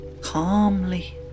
calmly